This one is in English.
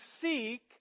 seek